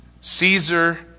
Caesar